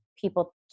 people